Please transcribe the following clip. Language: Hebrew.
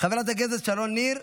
חברת הכנסת שרון ניר,